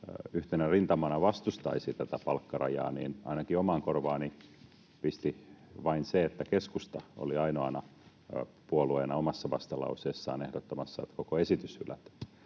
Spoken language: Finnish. yhtenä rintamana vastustaisi tätä palkkarajaa, niin ainakin omaan korvaani pisti vain se, että keskusta oli ainoana puolueena omassa vastalauseessaan ehdottamassa, että koko esitys hylätään.